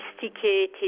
sophisticated